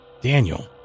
Daniel